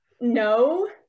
No